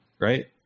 right